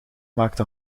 maakte